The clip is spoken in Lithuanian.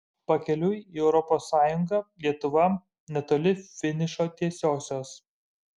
pakeliui į europos sąjungą lietuva netoli finišo tiesiosios